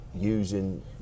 Using